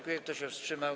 Kto się wstrzymał?